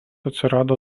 atsirado